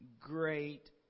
great